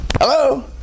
hello